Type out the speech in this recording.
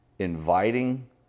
inviting